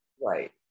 Right